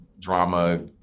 drama